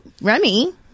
Remy